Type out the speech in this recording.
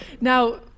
Now